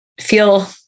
feel